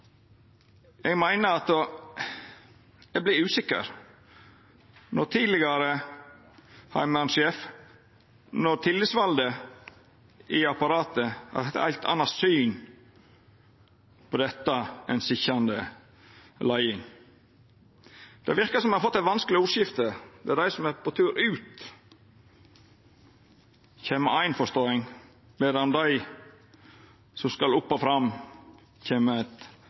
Eg vert usikker når tidlegare heimevernssjef og tillitsvalde i apparatet har eit heilt anna syn på dette enn den sitjande leiinga. Det verkar som om me har fått eit vanskeleg ordskifte – der dei som er på tur ut, kjem med ei forståing, og dei som skal opp og fram, kjem